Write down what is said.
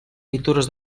pintures